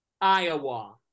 Iowa